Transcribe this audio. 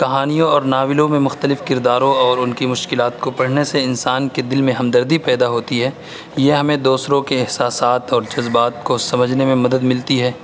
کہانیوں اور ناولوں میں مختلف کرداروں اور ان کی مشکلات کو پڑھنے سے انسان کے دل میں ہمدردی پیدا ہوتی ہے یہ ہمیں دوسروں کے احساسات اور جذبات کو سمجھنے میں مدد ملتی ہے